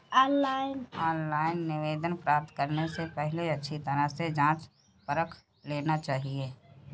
online आवेदन प्राप्त करने से पहले अच्छी तरह से जांच परख लेना चाहिए